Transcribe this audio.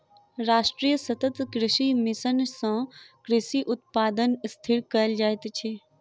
राष्ट्रीय सतत कृषि मिशन सँ कृषि उत्पादन स्थिर कयल जाइत अछि